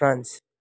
France